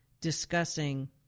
discussing